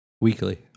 weekly